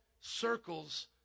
circles